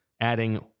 adding